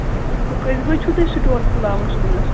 اَچھا کٔژِ بَجہِ چھُو تُہۍ سٕٹور کھُلاوان صُبنَس